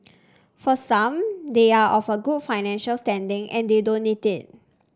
for some they are of a good financial standing and they don't need it